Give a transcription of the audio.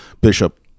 bishop